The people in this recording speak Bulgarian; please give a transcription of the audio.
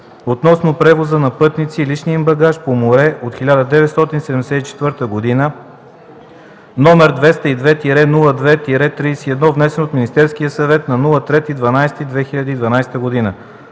относно превоза на пътници и личния им багаж по море от 1974 г., № 202-02-31, внесен от Министерския съвет на 3 декември 2012 г.